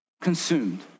consumed